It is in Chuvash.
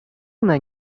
ӑна